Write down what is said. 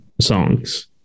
songs